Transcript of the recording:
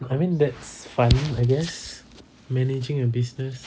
I mean that's fun I guess managing a business